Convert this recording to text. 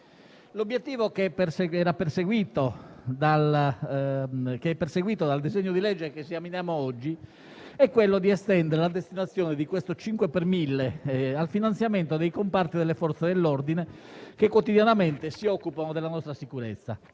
L'obiettivo perseguito dal disegno di legge che esaminiamo oggi è di estendere la destinazione di questo 5 per mille al finanziamento dei comparti delle Forze dell'ordine che quotidianamente si occupano della nostra sicurezza.